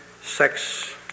Sex